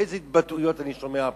איזה התבטאויות אני שומע פה.